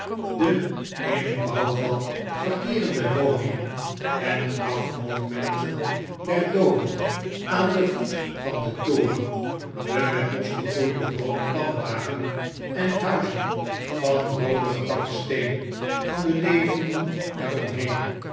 de in bouwval verkeerende woningen en grafmonumenten der dooden aan den voet van den toren de met mos begroeide roode pannedaken en huizen van rooden gebakken steen van de levenden